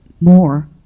more